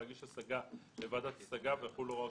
להגיש השגה לוועדת השגה ויחולו הוראות